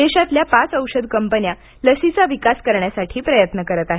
देशातल्या पाच औषध कंपन्या लशीचा विकास करण्यासाठी प्रयत्न करत आहेत